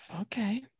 okay